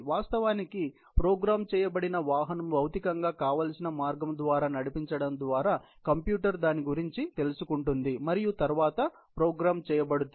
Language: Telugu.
వాస్తవానికి ప్రోగ్రామ్ చేయబడిన వాహనం భౌతికంగా కావలసిన మార్గం ద్వారా నడిపించడం ద్వారా కంప్యూటర్ దాని గురించి తెలుసుకుంటుంది మరియు తరువాత ప్రోగ్రామ్ చేయబడుతుంది